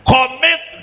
Commit